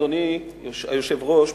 אדוני היושב-ראש,